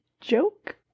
joke